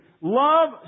Love